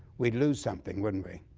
we'd lose something, wouldn't we?